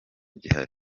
gihari